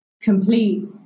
complete